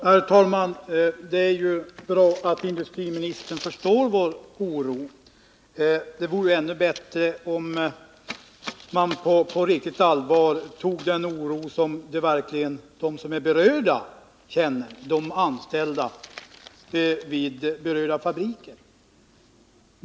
Herr talman! Det är visserligen bra att industriministern förstår vår oro, men det vore ännu bättre om han toge på riktigt allvar den oro som de känner som är direkt berörda, dvs. de anställda vid berörda fabriker.